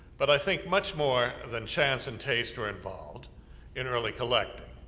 but i think much more than chance and taste were involved in early collecting.